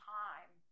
time